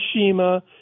Fukushima